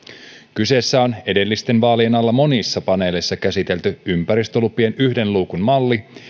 kyseessä on edellisten vaalien alla monissa paneeleissa käsitelty ympäristölupien yhden luukun malli